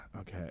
Okay